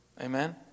Amen